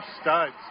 studs